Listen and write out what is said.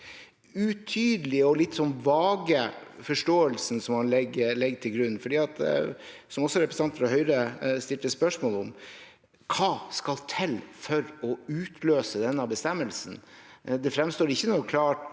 utydelige og litt vage forståelsen man legger til grunn. Som også representanten fra Høyre stilte spørsmål om: Hva skal til for å utløse denne bestemmelsen? Det kommer ikke frem noen klare